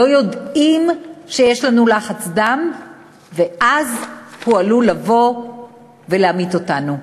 אנחנו לא יודעים שיש לנו לחץ דם גבוה ואז הוא עלול לבוא ולהמית אותנו,